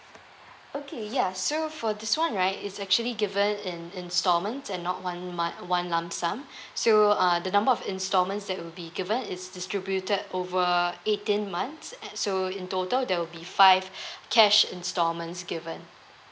okay ya so for this one right is actually given in installments and not one month one lump sum so uh the number of installments that will be given is distributed over eighteen months so in total there will be five cash installments given